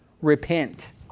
repent